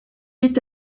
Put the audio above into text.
est